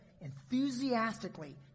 Enthusiastically